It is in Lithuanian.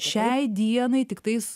šiai dienai tiktais